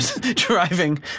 driving